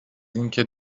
اینکه